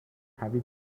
هویج